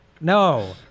No